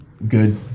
good